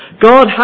God